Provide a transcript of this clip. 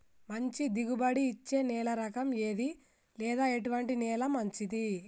మంచి దిగుబడి ఇచ్చే నేల రకం ఏది లేదా ఎటువంటి నేల మంచిది?